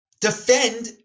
defend